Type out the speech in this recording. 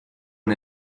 una